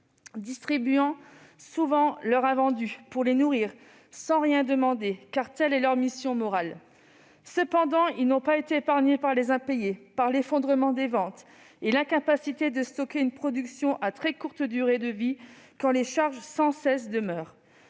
distribuant souvent leurs invendus pour les nourrir, sans rien demander, car telle est leur mission morale. Ils n'ont cependant pas été épargnés par les impayés, l'effondrement des ventes et l'impossibilité de stocker une production à très courte durée de vie, quand les charges, elles, sans cesse demeurent.